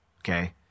okay